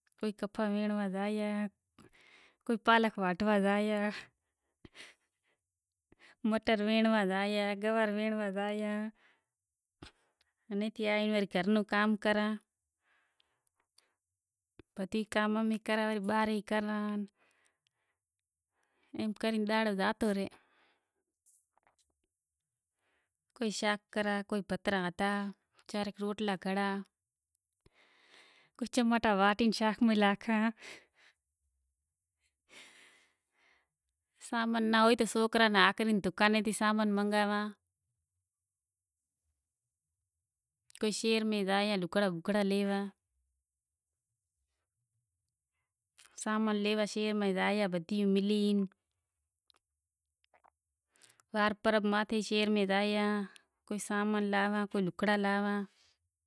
بئے ترن چار سال شیکھے پسے کام کریو تو اتا رے ای بی زگا بھی کام کرے ریا تو آہستے آہستے بیزا شاگرد بھی محنت کریں ریا تو شیکھے زاشیں تو اینی کرے اتیا رے آیو شوٹی کرے سوکرا بیٹھا اہیں تو کام کرتا زاشیں تو صحیح کام بھی ماشااللہ صحیح اے تو اتارے میں پانجو کھولیو تو بئے ترن سال چھا ہے تو کام ئے صحیح اے۔ استاد نے موکل لئی پسے میں دکان لگایو ہمیشہ کائیں کام کریئیں تو استاد کن پوسا کرے پسے کام کریئں۔ کائیں بھی کام کرو تو استاد کنیں کام شیکھے تیار تھیو تو استاد کہے بھلیں توں پانجو لگائے تو میں پانجو لگایو تو اینے کرے پانجو دکان اے تو ٹینشن کے وات ری نہیں بند کرے بھی زائوں تو آٹھ بزے زائوں نو بزے زائوں ویہلو آئوں تو آٹھ نو وجے زائوں ڈاہ وزے جائوں شہر جائوں گوٹھ جائوں، گاڈی خراب تھے جائے تو بھی ٹھائی آئوں تو کار ٹریکٹر نو ٹائر ہوئے پنچر ہوئے تو پنچر بھی ٹھائے زائوں۔